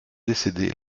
décédée